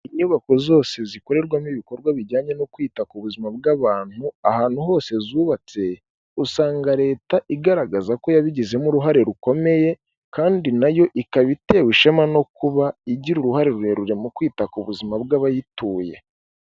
Inyubako zose zikorerwamo ibikorwa bijyanye no kwita ku buzima bw'abantu ahantu hose zubatse usanga Leta igaragaza ko yabigizemo uruhare rukomeye kandi nayo ikaba itewe ishema no kuba igira uruhare rurerure mu kwita ku buzima bw'abayituye.